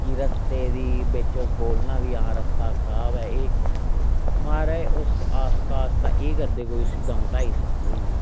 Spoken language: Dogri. कि रस्ते दी बिच्च ओस बोलना बी हां रस्ता खराब ऐ महाराज ओस आस्ता आस्ता एह् करदे करदे उसी कोई द'ऊं ढाई साल होई गे